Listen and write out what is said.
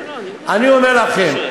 אני אומר לכם,